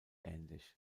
ähnlich